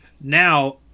Now